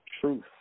Truth